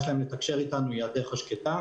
של נפגעי אלימות לתקשר אתנו היא הדרך השקטה,